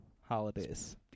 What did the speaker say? holidays